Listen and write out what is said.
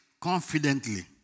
confidently